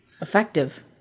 Effective